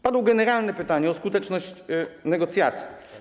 Padło generalne pytanie o skuteczność negocjacji.